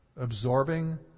absorbing